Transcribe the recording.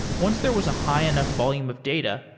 once there was a high enough volume of data,